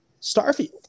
Starfield